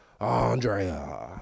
Andrea